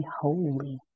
holy